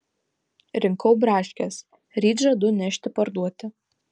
rinkau braškes ryt žadu nešti parduoti